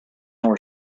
where